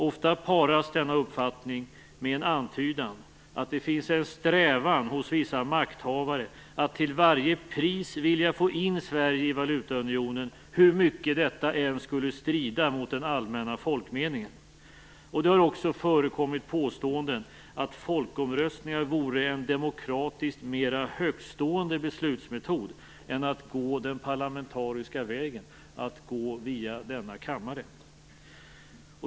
Ofta paras denna uppfattning med en antydan om att det finns en strävan hos vissa makthavare att till varje pris vilja få in Sverige i valutaunionen, hur mycket detta än skulle strida mot den allmänna folkmeningen. Det har också förekommit påståenden att folkomröstningar vore en demokratiskt mer högtstående beslutsmetod än att gå den parlamentariska vägen, att gå via denna kammare.